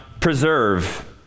preserve